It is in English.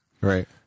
Right